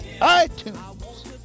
iTunes